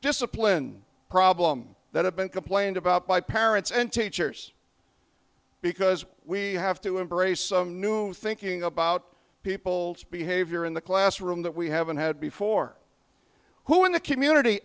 discipline problems that have been complained about by parents and teachers because we have to embrace some new thinking about people's behavior in the classroom that we haven't had before who in the community